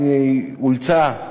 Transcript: היא אולצה,